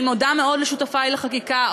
אני מודה מאוד לשותפי לחקיקה,